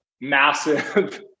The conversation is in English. massive